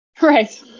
Right